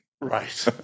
Right